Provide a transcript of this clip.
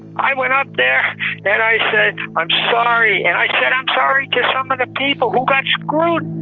i went out there that i said i'm sorry and i said i'm sorry to some of the people who got screwed.